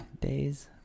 Days